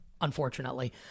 Unfortunately